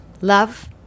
Love